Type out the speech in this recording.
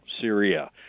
Syria